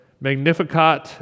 Magnificat